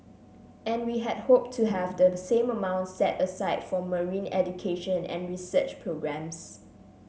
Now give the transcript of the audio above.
and we had hoped to have the same amount set aside for marine education and research programmes